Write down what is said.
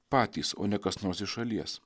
patys o ne kas nors iš šalies